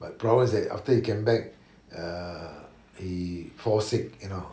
but problem is that after he can back err he fall sick you know